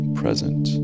present